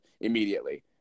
immediately